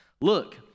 look